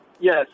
Yes